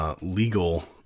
legal